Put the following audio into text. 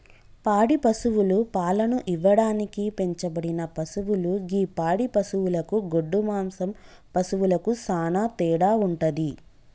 పాడి పశువులు పాలను ఇవ్వడానికి పెంచబడిన పశువులు గి పాడి పశువులకు గొడ్డు మాంసం పశువులకు సానా తేడా వుంటది